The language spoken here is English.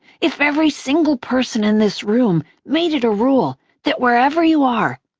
if every single person in this room made it a rule that wherever you are,